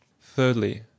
Thirdly